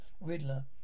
Riddler